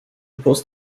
post